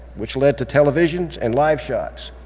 which led to televisions and live shots,